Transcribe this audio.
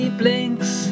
blinks